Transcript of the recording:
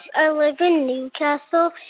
ah live in newcastle.